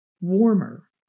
warmer